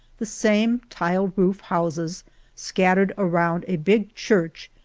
the same tiled roof houses scattered around a big church,